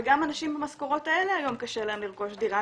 וגם לאנשים במשכורות האלה היום קשה לרכוש דירה,